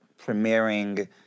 premiering